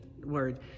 word